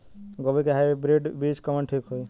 गोभी के हाईब्रिड बीज कवन ठीक होई?